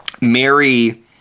Mary